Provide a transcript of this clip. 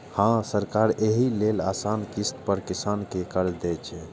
हां, सरकार एहि लेल आसान किस्त पर किसान कें कर्ज दै छै